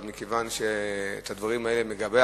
אבל מכיוון שאת הדברים האלה מגבה